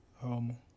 home